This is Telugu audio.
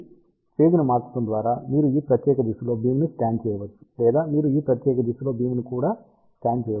కాబట్టి ఫేజ్ ని మార్చడం ద్వారా మీరు ఈ ప్రత్యేక దిశలో బీమ్ ని స్కాన్ చేయవచ్చు లేదా మీరు ఈ ప్రత్యేక దిశలో బీమ్ ని కూడా స్కాన్ చేయవచ్చు